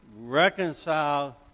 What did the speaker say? Reconcile